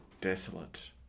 desolate